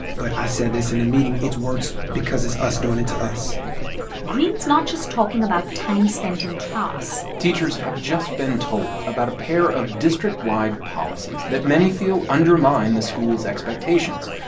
but i said this in the meeting, it's worse because it's us doing it to us greene's not just talking about time spent in class teachers have just been told about a pair of district-wide policies that many feel undermine the school's expectations.